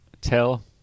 tell